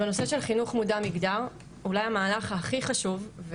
בנושא של חינוך מודע מגדר אולי המהלך הכי חשוב,